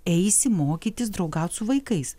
eisi mokytis draugaut su vaikais